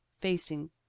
facing